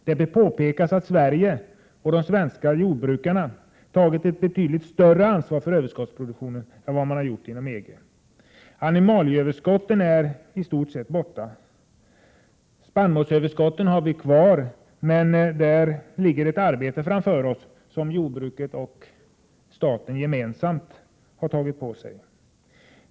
Det bör påpekas att Sverige och de svenska jordbrukarna tagit ett betydligt större ansvar för överskottsproduktionen än vad man gjort inom EG. Animalieöverskotten är i stort sett borta. Spannmålsöverskotten har vi kvar, men där ligger ett arbete framför oss som jordbruket och staten gemensamt har tagit på sig.